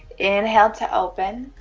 inhale to open